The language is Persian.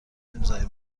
امضای